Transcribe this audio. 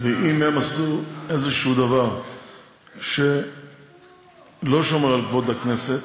אם הם עשו איזשהו דבר שלא שמר על כבוד הכנסת,